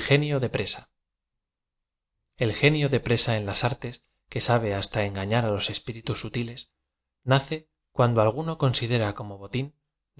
genio deptesa el genio de presa en las artes que sabe hasta en gañar á los espíritus sutiles nace cuando alguno con sidera como botin